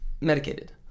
medicated